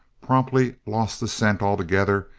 promptly lost the scent altogether,